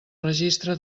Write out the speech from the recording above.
registre